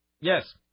Yes